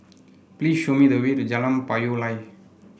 please show me the way to Jalan Payoh Lai